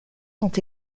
sont